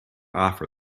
offer